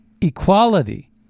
equality